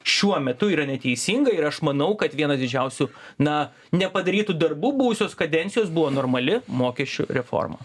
šiuo metu yra neteisinga ir aš manau kad vienas didžiausių na nepadarytų darbų buvusios kadencijos buvo normali mokesčių reforma